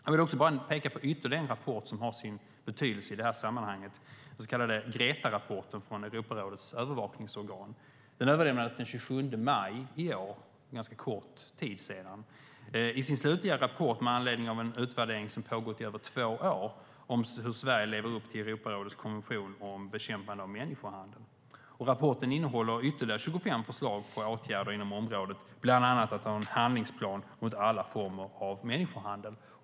Jag vill peka på ytterligare en rapport som har sin betydelse i detta sammanhang, den så kallade Gretarapporten från Europarådets övervakningsorgan. Den överlämnades den 27 maj i år, vilket inte var länge sedan. Det är en slutrapport med anledning av en utvärdering som pågått i över två år av hur Sverige lever upp till Europarådets konvention om bekämpande av människohandel. Rapporten innehåller ytterligare 25 förslag på åtgärder inom området, bland annat en handlingsplan mot alla former av människohandel.